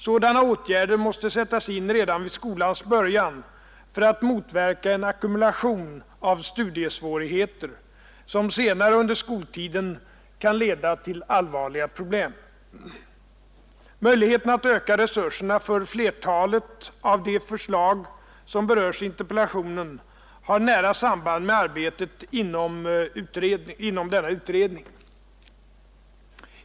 Sådana åtgärder måste sättas in redan vid skolans början för att motverka en ackumulation av studiesvårigheter, som senare under skoltiden kan leda till allvarliga problem.” Möjligheterna att öka resurserna för flertalet av de förslag som berörs i interpellationen har nära samband med arbetet inom denna utredning.